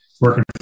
Working